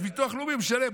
יש ביטוח לאומי, משלם.